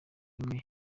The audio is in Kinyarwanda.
imwe